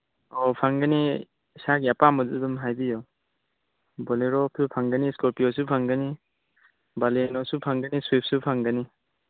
ꯑꯧ ꯐꯪꯒꯅꯤ ꯏꯁꯥꯒꯤ ꯑꯄꯥꯝꯕꯗꯨ ꯑꯗꯨꯝ ꯍꯥꯏꯕꯤꯌꯨ ꯕꯣꯔꯦꯂꯣꯁꯨ ꯐꯪꯒꯅꯤ ꯏꯁꯀꯣꯔꯄꯤꯌꯣꯁꯨ ꯐꯪꯒꯅꯤ ꯕꯂꯦꯅꯣꯁꯨ ꯐꯪꯒꯅꯤ ꯁ꯭ꯋꯤꯐꯁꯨ ꯐꯪꯒꯅꯤ